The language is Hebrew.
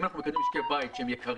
אני בא מן הפרקטיקה הקיימת בחוקים אחרים,